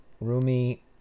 Rumi